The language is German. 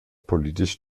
politisch